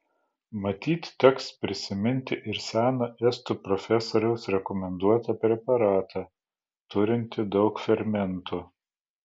matyt teks prisiminti ir seną estų profesoriaus rekomenduotą preparatą turintį daug fermentų